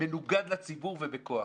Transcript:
מנוגד לציבור ובכוח.